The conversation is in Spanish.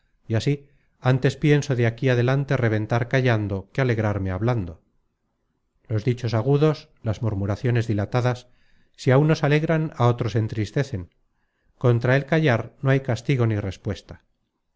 y así ántes pienso de aquí adelante reventar callando que alegrarme hablando los dichos agudos las murmuraciones dilatadas si á unos alegran á otros entristecen contra el callar no hay castigo ni respuesta